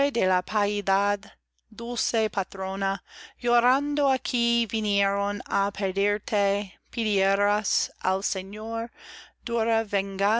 de la piedad dulce patrona llorando aquí vinieron á pedirte pidieras al señor